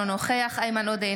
אינו נוכח איימן עודה,